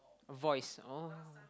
voice oh